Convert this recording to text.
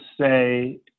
say